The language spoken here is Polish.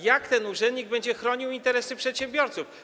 Jak ten urzędnik będzie chronił interesy przedsiębiorców?